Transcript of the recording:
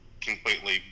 completely